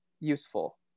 useful